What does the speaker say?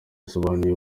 yasobanuye